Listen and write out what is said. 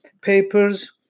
papers